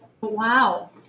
Wow